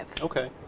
Okay